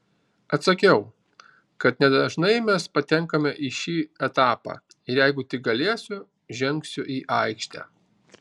atsakiau kad nedažnai mes patenkame į šį etapą ir jeigu tik galėsiu žengsiu į aikštę